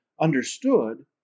understood